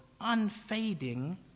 unfading